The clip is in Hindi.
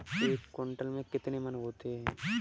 एक क्विंटल में कितने मन होते हैं?